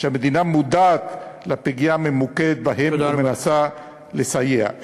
שהמדינה מודעת לפגיעה הממוקדת בהם ומנסה לסייע.